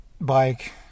bike